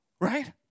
Right